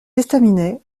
estaminets